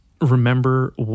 remember